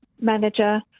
manager